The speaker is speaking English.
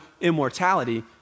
immortality